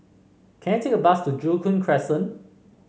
can I take a bus to Joo Koon Crescent